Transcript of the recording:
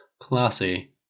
Classy